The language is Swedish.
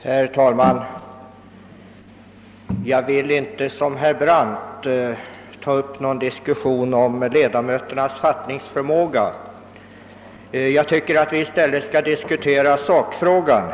Herr talman! Jag vill inte, som herr Brandt gjorde, ta upp någon diskussion om ledamöternas fattningsförmåga; jag tycker att vi i stället bör diskutera sakfrågan.